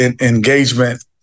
engagement